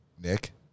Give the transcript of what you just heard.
Nick